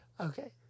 Okay